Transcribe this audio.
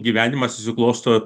gyvenimas susiklosto